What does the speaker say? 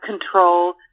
control